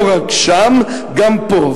לא רק שם, גם פה.